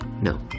No